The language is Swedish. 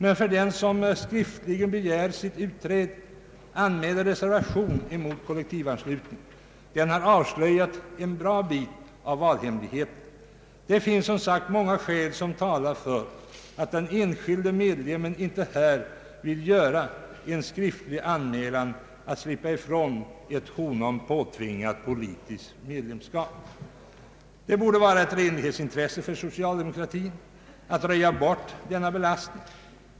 Men den som skriftligen begär sitt utträde — anmäler reservation mot kollektivanslutning — har avslöjat en stor del av det som skulle vara hemligt. Det finns många skäl som talar för att den enskilde medlemmen inte vill göra en skriftlig anmälan om att slippa ifrån ett honom påtvingat politiskt medlemskap. Det borde vara ett renlighetsintresse för socialdemokratin att röja bort denna belastning.